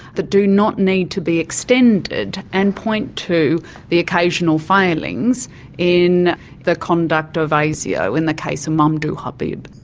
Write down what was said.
that do not need to be extended, and point to the occasional failings in the conduct of asio in the case of mamdouh habib.